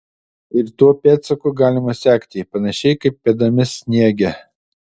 ir tuo pėdsaku galima sekti panašiai kaip pėdomis sniege